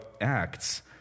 Acts